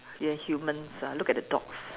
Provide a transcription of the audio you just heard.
ya humans ah look at the dogs